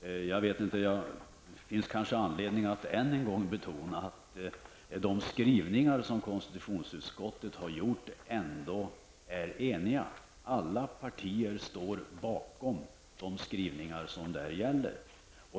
Det finns kanske anledning att än en gång betona att de skrivningar konstitutionsutskottet gjort har stöd av alla partier i utskottet.